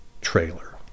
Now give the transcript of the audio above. trailer